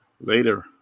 later